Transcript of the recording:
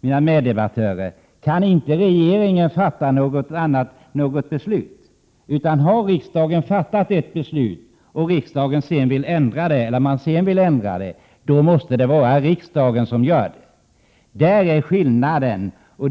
mina meddebattörer, kan regeringen inte fatta något beslut. Har riksdagen fattat ett beslut som man sedan vill ändra måste det vara riksdagen som gör det.